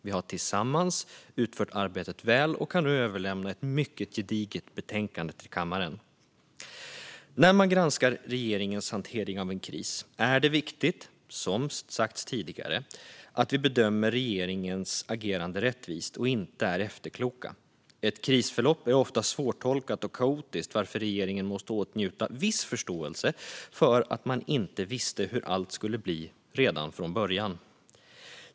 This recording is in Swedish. Vi har tillsammans utfört arbetet väl och kan nu överlämna ett mycket gediget betänkande till kammaren. När man granskar regeringens hantering av en kris är det som tidigare sagts viktigt att vi bedömer regeringens agerande rättvist och inte är efterkloka. Ett krisförlopp är ofta svårtolkat och kaotiskt, varför en regering måste åtnjuta viss förståelse för att den inte visste hur allt skulle bli redan från början.